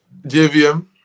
Jvm